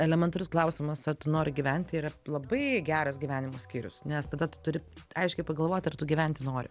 elementarus klausimas a tu nori gyvent yra labai geras gyvenimo skyrius nes tada tu turi aiškiai pagalvot ar tu gyventi nori